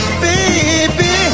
baby